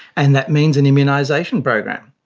and that means an immunisation program.